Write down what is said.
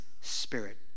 Spirit